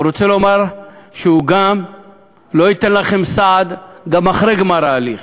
הוא רוצה לומר שהוא לא ייתן לכם סעד גם אחרי גמר ההליך.